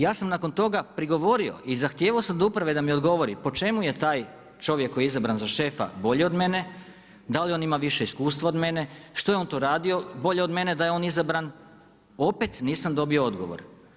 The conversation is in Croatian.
Ja sam nakon toga prigovorio i zahtijevao sam od uprave da mi odgovori po čemu je taj čovjek koji je izabran za šefa bolji od mene, da li on ima više iskustva od mene, što je on to radio bolje od mene da je on izabran, opet nisam dobio odgovor.